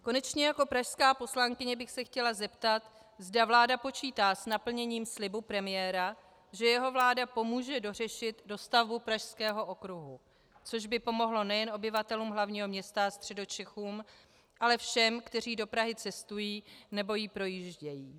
Konečně jako pražská poslankyně bych se chtěla zeptat, zda vláda počítá s naplněním slibu premiéra, že jeho vláda pomůže dořešit dostavbu Pražského okruhu, což by pomohlo nejen obyvatelům hlavního města a Středočechům, ale všem, kteří do Prahy cestují nebo jí projíždějí.